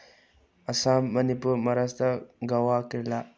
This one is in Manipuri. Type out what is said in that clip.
ꯑꯁꯥꯝ ꯃꯅꯤꯄꯨꯔ ꯃꯍꯥꯔꯥꯁꯇ꯭ꯔꯥ ꯒꯋꯥ ꯀꯦꯔꯂꯥ